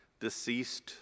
deceased